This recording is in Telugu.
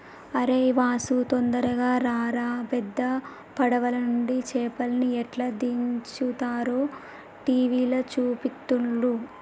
అరేయ్ వాసు తొందరగా రారా పెద్ద పడవలనుండి చేపల్ని ఎట్లా దించుతారో టీవీల చూపెడుతుల్ను